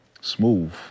smooth